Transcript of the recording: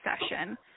session